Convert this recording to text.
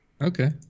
Okay